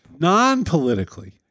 Non-politically